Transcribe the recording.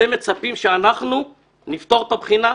אתם מצפים שאנחנו נפתור את הבחינה?